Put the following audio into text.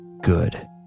Good